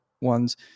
ones